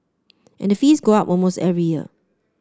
and the fees go up almost every year